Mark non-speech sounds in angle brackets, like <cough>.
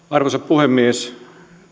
<unintelligible> arvoisa puhemies